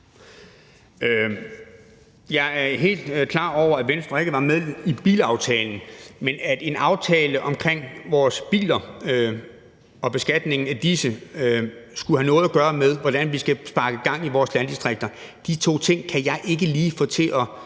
Jeg er helt klar over, at Venstre ikke var med i bilaftalen, men at en aftale omkring vores biler og beskatningen af dem skulle have noget af gøre med, hvordan vi skal sparke gang i vores landdistrikter, er to ting, jeg ikke lige kan få til at